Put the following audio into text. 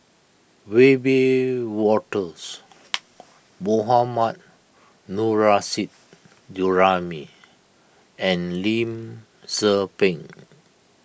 Wiebe Wolters Mohammad Nurrasyid Juraimi and Lim Tze Peng